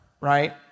right